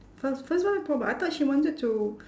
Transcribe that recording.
first first one floorball I thought she wanted to